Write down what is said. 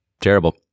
terrible